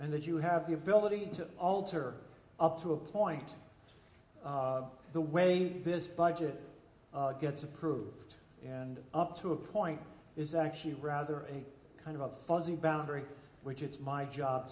and that you have the ability to alter up to a point the way this budget gets approved and up to a point is actually rather a kind of fuzzy boundary which it's my job